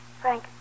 Frank